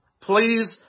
please